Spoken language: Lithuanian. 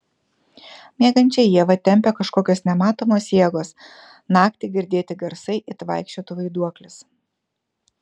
miegančią ievą tempia kažkokios nematomos jėgos naktį girdėti garsai it vaikščiotų vaiduoklis